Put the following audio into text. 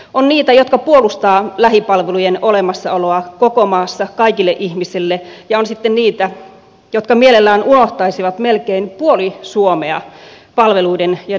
on niitä jotka puolustavat lähipalvelujen olemassaoloa koko maassa kaikille ihmisille ja sitten on niitä jotka mielellään unohtaisivat melkein puoli suomea palveluiden ja demokratian suhteen